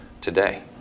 today